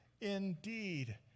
indeed